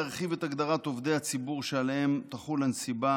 להרחיב את הגדרת עובדי הציבור שעליהם תחול הנסיבה